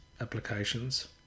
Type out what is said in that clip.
applications